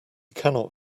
cannot